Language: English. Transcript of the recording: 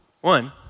One